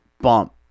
bump